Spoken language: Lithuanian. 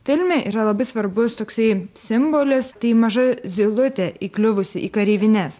filme yra labai svarbus toksai simbolis tai maža zylutė įkliuvusi į kareivines